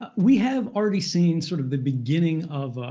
ah we have already seen sort of the beginning of